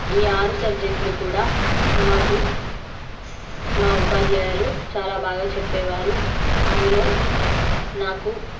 ఈ ఆరు సబ్జెక్ట్లు కూడా మాకు మా ఉపాధ్యాయులు చాలా బాగా చెప్పేవారు అందులో నాకు